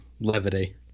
levity